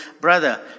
brother